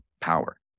power